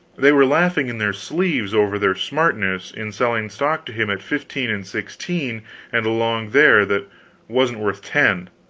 they were laughing in their sleeves over their smartness in selling stock to him at fifteen and sixteen and along there that wasn't worth ten.